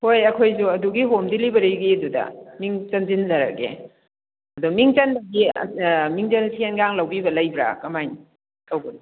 ꯍꯣꯏ ꯑꯩꯈꯣꯏꯁꯨ ꯑꯗꯨꯒꯤ ꯍꯣꯝ ꯗꯤꯂꯤꯚꯔꯤꯒꯤꯗꯨꯗ ꯃꯤꯡ ꯆꯟꯖꯤꯟꯖꯔꯒꯦ ꯑꯗꯣ ꯃꯤꯡ ꯆꯟꯕꯁꯦ ꯃꯤꯡꯆꯜ ꯁꯦꯜꯒ ꯂꯧꯕꯤꯕ ꯂꯩꯕ꯭ꯔꯥ ꯀꯃꯥꯏꯅ ꯇꯧꯕꯅꯣ